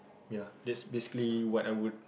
ya that's basically what I would